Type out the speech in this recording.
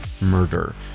murder